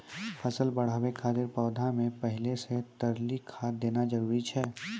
फसल बढ़ाबै खातिर पौधा मे पहिले से तरली खाद देना जरूरी छै?